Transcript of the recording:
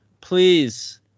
please